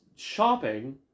Shopping